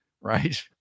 right